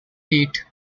eight